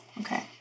Okay